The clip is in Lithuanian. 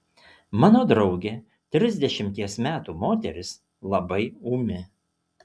mano draugė trisdešimties metų moteris labai ūmi